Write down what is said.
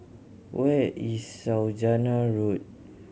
where is Saujana Road